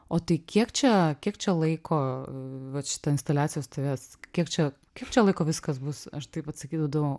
o tai kiek čia kiek čia laiko vat šita instaliacija stovės kiek čia kiek čia laiko viskas bus aš taip atsakydavau